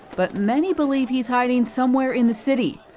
but many believe he's hiding somewhere in the city.